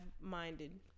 minded